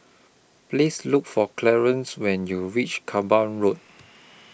Please Look For Clarance when YOU REACH Kerbau Road